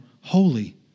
holy